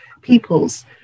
peoples